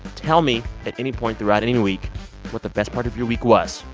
tell me at any point throughout any week what the best part of your week was.